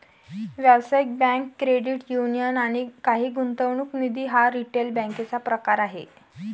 व्यावसायिक bank, credit union आणि काही गुंतवणूक निधी हा रिटेल बँकेचा प्रकार आहे